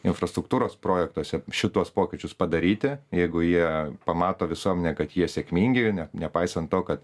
infrastruktūros projektuose šituos pokyčius padaryti jeigu jie pamato visuomenę kad jie sėkmingi ne nepaisant to kad